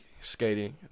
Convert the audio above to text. skating